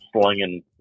slinging